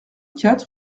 quatre